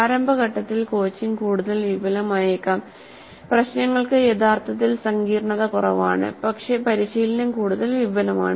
പ്രാരംഭ ഘട്ടത്തിൽ കോച്ചിംഗ് കൂടുതൽ വിപുലമായേക്കാം പ്രശ്നങ്ങൾക്ക് യഥാർത്ഥത്തിൽ സങ്കീർണ്ണത കുറവാണ് പക്ഷേ പരിശീലനം കൂടുതൽ വിപുലമാണ്